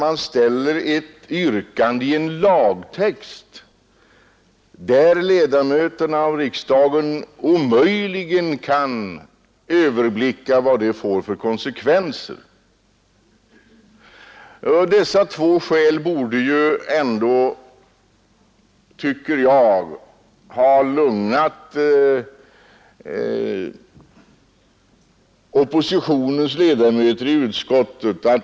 Man framställer ett yrkande om ändring i en lagtext, och ledamöterna av riksdagen kan omöjligen överblicka vad den skulle få för konsekvenser. Dessa två omständigheter borde ändå, tycker jag, ha lugnat oppositionens företrädare i utskottet.